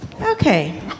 Okay